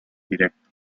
directo